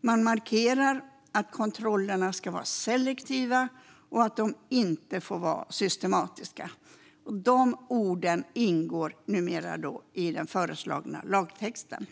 Man markerar att kontrollerna ska vara selektiva och att de inte får vara systematiska, och de orden ingår numera i den föreslagna lagtexten.